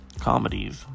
comedies